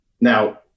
Now